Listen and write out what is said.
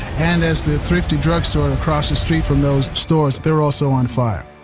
and there's the thrifty drug store and across the street from those stores. they're also on fire.